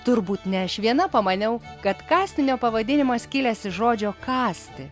turbūt ne aš viena pamaniau kad kastinio pavadinimas kilęs iš žodžio kąsti